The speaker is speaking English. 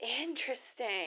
interesting